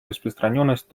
распространенность